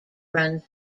runs